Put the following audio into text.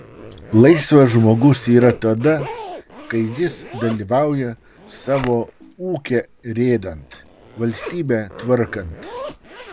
laisvas žmogus yra tada kai jis dalyvauja savo ūkę rėdant valstybę tvarkant